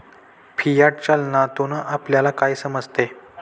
Fiat चलनातून आपल्याला काय समजते?